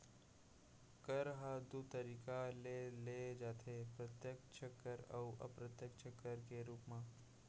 कर ह दू तरीका ले लेय जाथे प्रत्यक्छ कर अउ अप्रत्यक्छ कर के रूप म